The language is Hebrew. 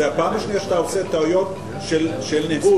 זו הפעם השנייה שאתה עושה טעויות של ניהול.